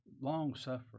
Long-suffering